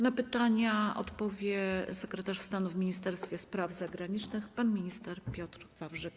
Na pytania odpowie sekretarz stanu w Ministerstwie Spraw Zagranicznych pan minister Piotr Wawrzyk.